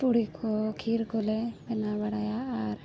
ᱛᱩᱲᱤ ᱠᱚ ᱠᱷᱤᱨ ᱠᱚᱞᱮ ᱵᱮᱱᱟᱣ ᱵᱟᱲᱟᱭᱟ ᱟᱨ